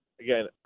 again